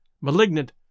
malignant